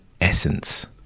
essence